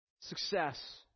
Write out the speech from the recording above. Success